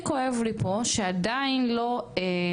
אני רוצה רגע להגיד שמתוך ה-12 שמות,